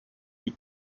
die